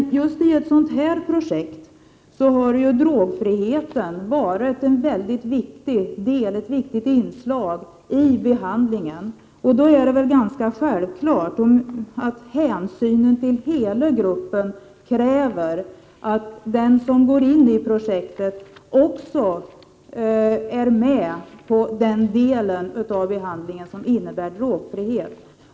I just ett sådant här projekt har drogfriheten varit ett mycket viktigt inslag i behandlingen. Då är det ganska självklart att hänsynen till hela gruppen kräver att den som går in i projektet också är med på den delen av behandlingen som innebär drogfrihet.